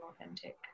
authentic